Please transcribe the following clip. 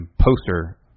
poster